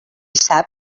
sap